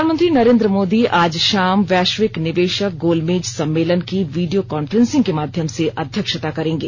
प्रधानमंत्री नरेन्द्र मोदी आज शाम वैश्विक निवेशक गोलमेज सम्मेलन की वीडियो कांफ्रेंसिंग के माध्यम से अध्यक्षता करेंगे